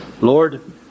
Lord